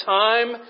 time